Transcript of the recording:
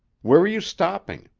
where are you stopping?